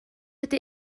ydy